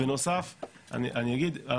בנוסף אני אגיד,